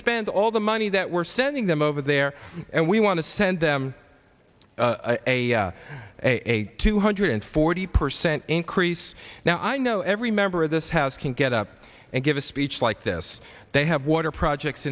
spend all the money that we're sending them over there and we want to send them a a two hundred forty percent increase now i know every member of this house can get up and give a speech like this they have water projects